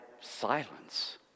silence